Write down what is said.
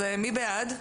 מי בעד?